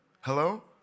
Hello